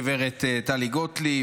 גב' טלי גוטליב,